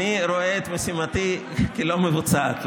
אני רואה את משימתי כלא מבוצעת.